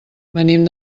venim